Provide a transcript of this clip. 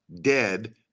dead